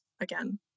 again